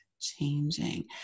changing